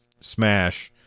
Smash